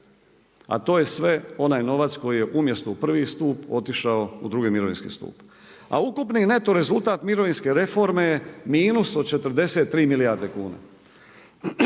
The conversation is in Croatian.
a to je sve onaj novac koji je umjesto u prvi stup otišao u drugi mirovinski stup. A ukupni neto rezultat mirovinske reforme je minus od 43 milijarde kuna.